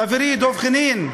חברי דב חנין,